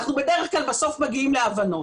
אנחנו בדרך כלל בסוף מגיעים להבנות.